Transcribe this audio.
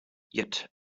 yet